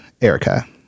Erica